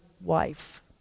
wife